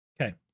Okay